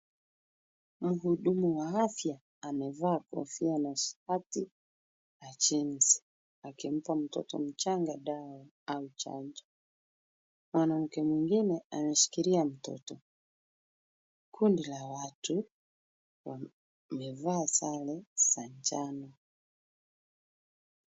Mhudumu wa afya amevaa kofia na shati na jeans akimpa mtoto mchanga dawa au chanjo. Mwanamke mwingine ameshikilia mtoto. Kundi la watu wamevaa sare za njano.